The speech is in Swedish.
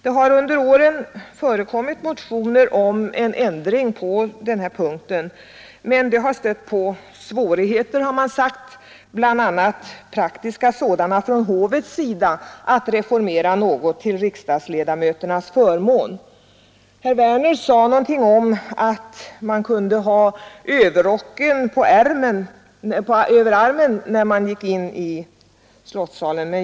Det har under åren förekommit motioner om ändringar på den punkten men det har stött på svårigheter bl.a. från hovet när det gällt att genomföra reformer för att tillmötesgå önskemål från riksdagsledamöterna. de någonting om att man kunde ha överrocken över armen när man går in i rikssalen.